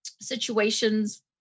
situations